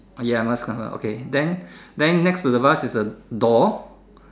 ya must cover okay then then next to the vase is a door